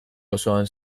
osoan